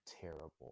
terrible